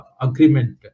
agreement